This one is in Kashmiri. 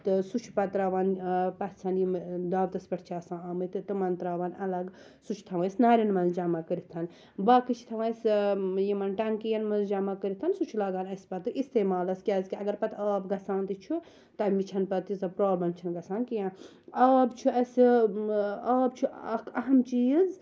تہٕ سُہ چھُ پَتہٕ تراوان پَژھیٚن یِم داوتَس پیٚٹھ چھِ آسان آمٕتۍ تہٕ تِمَن تراوان اَلَگ سُہ چھ تھاوان أسۍ ناریٚن مَنٛز جَمَع کٔرِتھ باقٕے چھِ تھاوان أسۍ یِمَن ٹیٚنکِیَن مَنٛز جَمَع کٔرِتھ سُہ چھُ لَگان اَسہِ پَتہٕ اِستعمالَس کیازِ کہِ اَگَر پَتہٕ آب گَژھان تہِ چھُ تمہِ وِز چھَ نہٕ پَتہٕ تیٖژاہ پرابلَم چھ نہٕ گَژھان کینٛہہ آب چھُ اَسہِ آب چھُ اکھ اَہَم چیٖز